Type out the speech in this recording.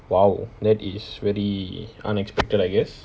!wow! that is very unexpected I guess